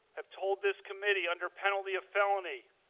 have told this committee under penalty of felony,